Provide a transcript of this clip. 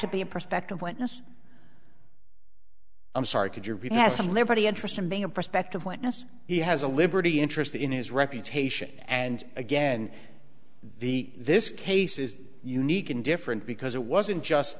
to be in perspective when yes i'm sorry could you be has some liberty interest in being a prospective witness he has a liberty interest in his reputation and again the this case is unique and different because it wasn't just